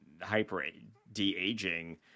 hyper-de-aging